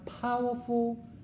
powerful